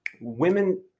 women